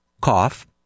cough